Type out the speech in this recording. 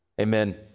Amen